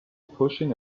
pushing